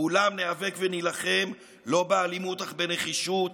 מולם ניאבק ונילחם, לא באלימות אך בנחישות.